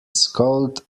scowled